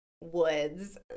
woods